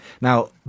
Now